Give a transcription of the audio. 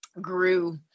grew